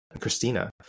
christina